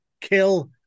kill